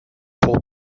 paul